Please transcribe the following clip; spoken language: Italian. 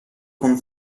con